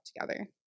together